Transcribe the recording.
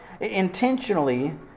intentionally